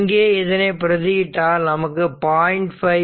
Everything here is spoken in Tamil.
இங்கே இதனை பிரதி இட்டால் நமக்கு 0